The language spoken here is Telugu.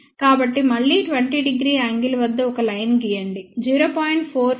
కాబట్టి మళ్ళీ 20 º యాంగిల్ వద్ద ఒక లైన్ గీయండి 0